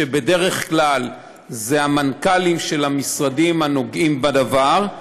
בדרך כלל המנכ"לים של המשרדים הנוגעים בדבר,